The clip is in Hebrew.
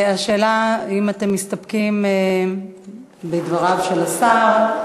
השאלה, האם אתם מסתפקים בדבריו של השר?